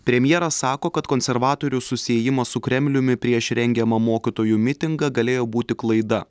premjeras sako kad konservatorių susiejimas su kremliumi prieš rengiamą mokytojų mitingą galėjo būti klaida